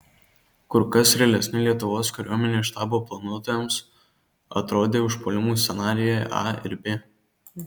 kur kas realesni lietuvos kariuomenės štabo planuotojams atrodė užpuolimų scenarijai a ir b